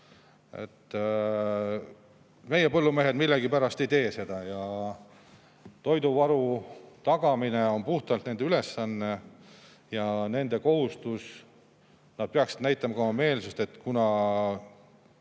Meie põllumehed millegipärast ei tee seda. Toiduvaru tagamine on puhtalt nende ülesanne, nende kohustus. Nad peaksid ka näitama oma meelsust, kuna